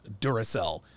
Duracell